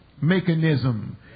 mechanism